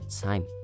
time